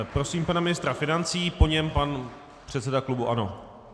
Prosím pana ministra financí, po něm pan předseda klubu ANO.